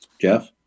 jeff